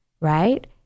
right